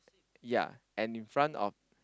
yea and in front of